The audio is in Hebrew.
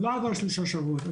עוד לא עברו שלושה שבועות,